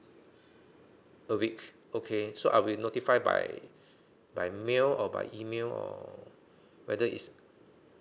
a week okay so I will notify by by mail or by email or whether is